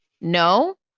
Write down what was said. No